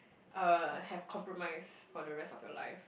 uh have compromise for the rest of your life